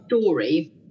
Story